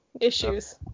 issues